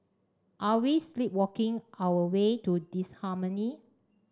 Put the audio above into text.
are we sleepwalking our way to disharmony